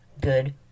good